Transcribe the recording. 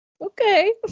Okay